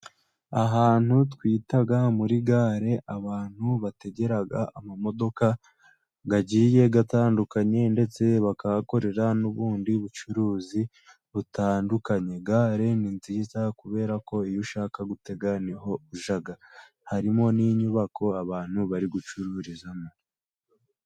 Ahantu twita muri gare abantu bategera imodoka zigiye zitandukanye ndetse bakahakorera n'ubundi bucuruzi butandukanye. Gare ni nziza kuberako iyo ushaka gutega niho ujya, harimo n'inyubako abantu bari gucururizamo.